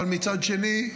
אבל מצד שני,